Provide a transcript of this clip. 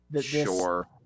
Sure